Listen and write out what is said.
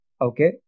Okay